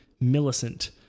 Millicent